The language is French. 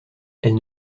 elles